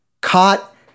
caught